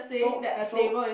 so so